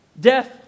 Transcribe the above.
death